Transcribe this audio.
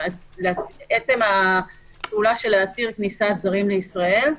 עצם הפעולה של להתיר כניסת זרים לישראל.